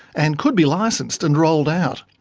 and could be licenced and rolled out.